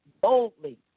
boldly